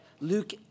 Luke